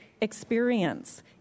experience